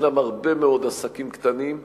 ישנם הרבה מאוד עסקים קטנים שלצערי,